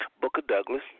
Booker-Douglas